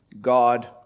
God